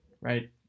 right